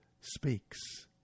speaks